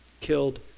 Killed